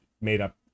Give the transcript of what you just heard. made-up